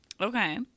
okay